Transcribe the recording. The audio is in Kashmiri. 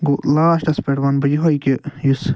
گوو لاسٹس پٮ۪ٹھ ونہٕ بہٕ یہوے کہِ یُس